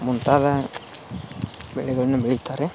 ಮುಂತಾದ ಬೆಳೆಗಳನ್ನೂ ಬೆಳಿತಾರೆ